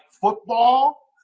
football